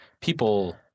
people